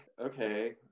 Okay